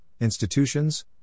institutions